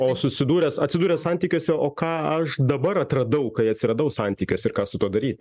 o susidūręs atsiduręs santykiuose o ką aš dabar atradau kai atsiradau santykiuos ir ką su tuo daryt